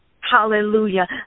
Hallelujah